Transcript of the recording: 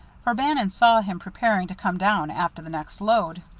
for bannon saw him preparing to come down after the next load.